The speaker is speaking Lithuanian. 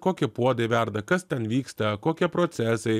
kokie puodai verda kas ten vyksta kokie procesai